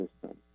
system